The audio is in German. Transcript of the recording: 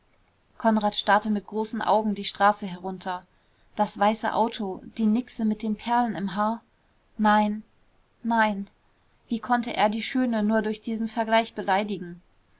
konrad starrte mit großen augen die straße herunter das weiße auto die nixe mit den perlen im haar nein nein wie konnte er die schöne nur durch diesen vergleich beleidigen